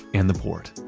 and the port'.